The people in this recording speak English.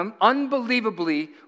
unbelievably